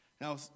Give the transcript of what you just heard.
Now